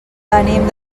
venim